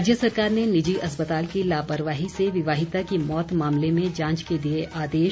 राज्य सरकार ने निजी अस्पताल की लापरवाही से विवाहिता की मौत मामले में जांच के दिए आदेश